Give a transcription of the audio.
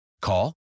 Call